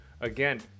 again